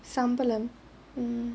சம்பளம்:sambalam hmm